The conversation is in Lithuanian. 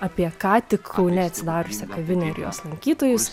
apie ką tik kaune atsidariusią kavinę ir jos lankytojus